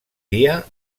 dia